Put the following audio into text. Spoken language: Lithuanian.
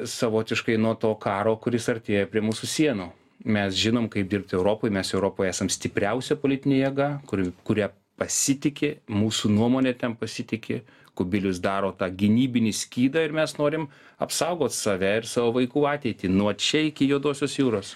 savotiškai nuo to karo kuris artėja prie mūsų sienų mes žinom kaip dirbti europoj mes europoj esam stipriausia politinė jėga kuri kuria pasitiki mūsų nuomone ten pasitiki kubilius daro tą gynybinį skydą ir mes norim apsaugot save ir savo vaikų ateitį nuo čia iki juodosios jūros